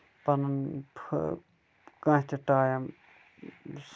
پَنُن فٲ کانٛہہ تہِ ٹایم